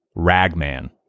Ragman